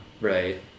Right